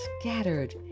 scattered